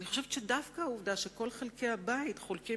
ואני חושבת שדווקא העובדה שכל חלקי הבית חולקים